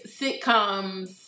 sitcoms